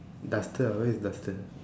duster ah where is duster